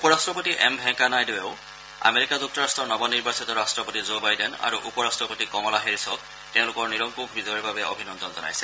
উপ ৰাট্টপতি এম ভেংকায়া নাইডুৱেও আমেৰিকা যুক্তৰট্টৰ নৱ নিৰ্বাচিত ৰট্টপতি জো বাইডেন আৰু উপ ৰট্টপতি কমলা হেৰিছক তেওঁলোকৰ নিৰংকুশ বিজয়ৰ বাবে অভিনন্দন জনাইছে